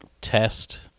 test